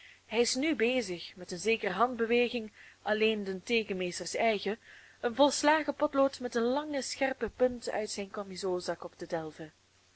hij is nu bezig met een zekere handbeweging alleen den teekenmeesters eigen een volslagen potlood met een lange scherpe punt uit zijn kamizoolzak op te delven